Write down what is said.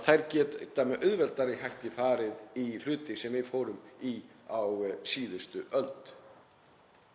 með, geta með auðveldari hætti farið í hluti sem við fórum í á síðustu öld.